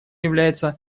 является